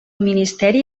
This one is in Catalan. ministeri